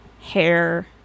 hair